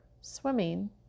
swimming